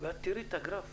תראי את הגרף